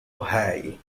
hai